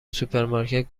سوپرمارکت